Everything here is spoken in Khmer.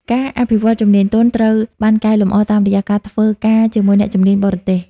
ការអភិវឌ្ឍជំនាញទន់ ត្រូវបានកែលម្អតាមរយៈការធ្វើការជាមួយអ្នកជំនាញបរទេស។